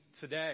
today